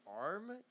arm